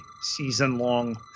season-long